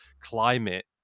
climate